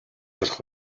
болох